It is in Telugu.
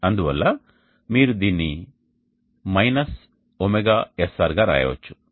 అందువల్ల మీరు దీనిని ωSR గా రాయవచ్చు